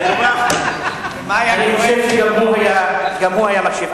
אני חושב שגם הוא היה מקשיב.